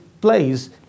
place